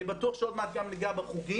אני בטוח שעוד מעט גם ניגע בחוגים,